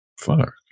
fuck